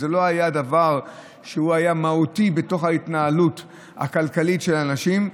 וזה לא היה דבר שהיה מהותי בהתנהלות הכלכלית של האנשים,